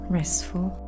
restful